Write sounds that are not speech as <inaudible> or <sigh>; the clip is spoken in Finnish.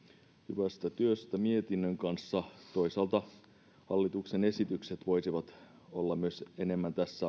hyvästä työstä mietinnön kanssa toisaalta hallituksen esitykset voisivat olla myös enemmän tässä <unintelligible>